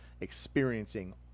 experiencing